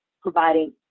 providing